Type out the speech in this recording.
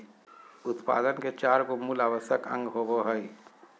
उत्पादन के चार गो मूल आवश्यक अंग होबो हइ